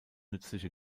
nützliche